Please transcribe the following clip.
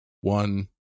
one